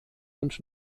und